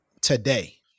today